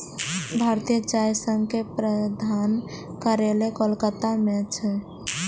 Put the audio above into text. भारतीय चाय संघ के प्रधान कार्यालय कोलकाता मे छै